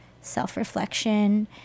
self-reflection